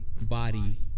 body